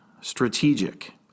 strategic